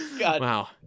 Wow